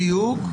בדיוק.